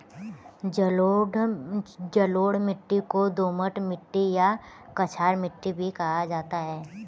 जलोढ़ मिट्टी को दोमट मिट्टी या कछार मिट्टी भी कहा जाता है